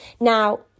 Now